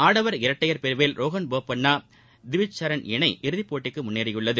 ஆடவர் இரட்டையர் பிரிவில் ரோகன் போபண்ணா டிவிட்ச் சரண் இணை இறுதிக்கு முன்னேறியுள்ளது